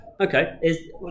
okay